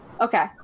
Okay